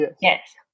yes